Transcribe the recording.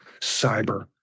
Cyber